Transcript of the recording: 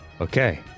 Okay